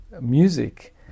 music